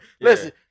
Listen